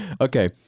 okay